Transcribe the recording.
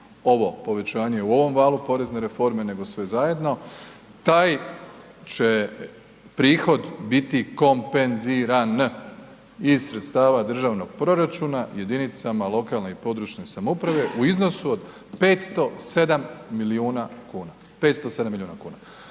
ovo povećanje u ovom valu porezne reforme nego sve zajedno. Taj će prihod biti kompenziran iz sredstava državnog proračuna jedinicama lokalne i područne samouprave u iznosu od 507 milijuna kuna,